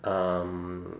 um